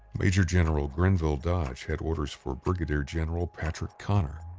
major general grenville dodge had orders for brigadier general patrick connor.